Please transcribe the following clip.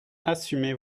assumez